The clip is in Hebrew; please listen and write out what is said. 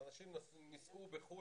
זאת אומרת אנשים נישאו בחו"ל,